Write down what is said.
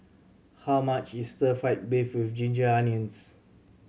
how much is Stir Fry beef with ginger onions